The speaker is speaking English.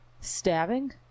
stabbing